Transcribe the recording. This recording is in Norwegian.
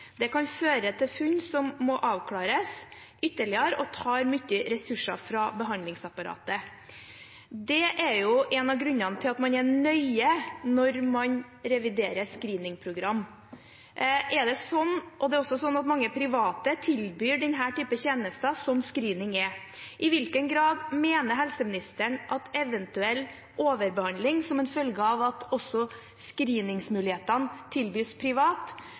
kan føre til funn som må avklares ytterligere, og tar mye ressurser fra behandlingsapparatet. Det er en av grunnene til at man er nøye når man reviderer screeningprogram. Det er også slik at mange private tilbyr slike tjenester som screening er. I hvilken grad mener helseministeren at eventuell overbehandling som følge av at screening også tilbys privat,